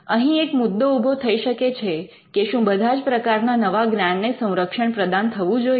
અહીં એક મુદ્દો ઊભો થઈ શકે છે કે શું બધા જ પ્રકારના નવા જ્ઞાનને સંરક્ષણ પ્રદાન થવું જોઈએ